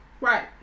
Right